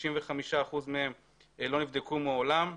65% מהם לא נבדקו מעולם.